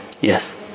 Yes